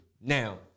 Now